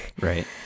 Right